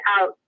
out